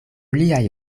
liaj